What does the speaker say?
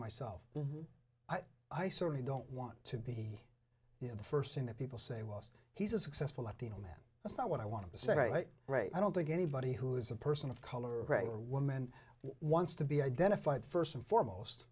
myself and i certainly don't want to be the first thing that people say whilst he's a successful latino man that's not what i want to say right right i don't think anybody who is a person of color or woman wants to be identified first and foremost